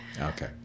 Okay